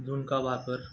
झुनका भाकर